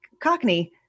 Cockney